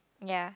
ya